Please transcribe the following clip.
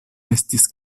estis